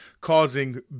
causing